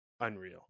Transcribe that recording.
unreal